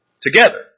together